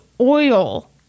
oil